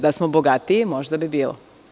Da smo bogatiji, možda bi bilo.